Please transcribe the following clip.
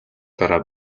дараа